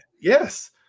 yes